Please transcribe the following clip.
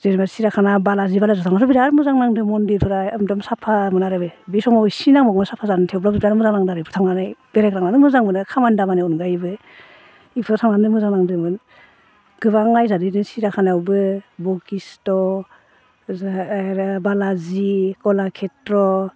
जेनेबा सिरियाखाना बालाजि बालाजियाव थांनाथ' बिराद मोजां नांदों मन्दिरफोरा एकदम साफामोन आरो बे बे समाव एसे नांबावगौमोन साफा जानो थेवब्लाबो बिराद मोजां नांदो आरो बेफोराव थांनानै बेरायग्रा नालाय मोजां मोनो खामानि दामानिनि अनगायैबो बेफोराव थांनानै मोजां नांदोंमोन गोबां नायजादों बिदिनो सिरियाखानायावबो बशिष्ट' आरो बालाजि कलाक्षेत्र'